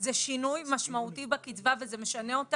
זה שינוי משמעותי בקצבה וזה משנה את